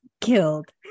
killed